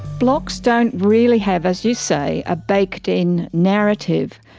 blocks don't really have, as you say, a baked-in narrative,